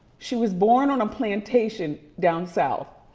she was born on a plantation down south.